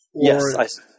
Yes